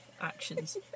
actions